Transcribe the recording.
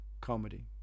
comedy